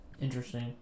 Interesting